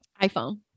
iPhone